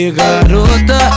garota